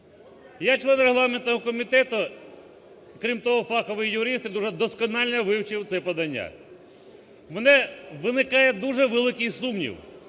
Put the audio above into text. Я член регламентного комітету, крім того фаховий юрист і дуже досконально вивчив це подання, в мене виникає дуже великий сумнів,